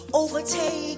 overtake